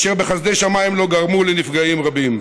ובחסדי שמיים הן לא גרמו לנפגעים רבים.